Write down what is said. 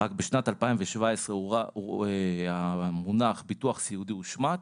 רק בשנת 2017 המונח ביטוח סיעודי הושמט,